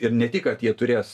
ir ne tik kad jie turės